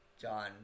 John